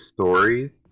stories